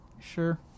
Sure